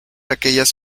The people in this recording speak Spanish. aquellas